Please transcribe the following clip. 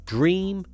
Dream